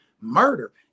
murder